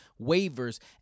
waivers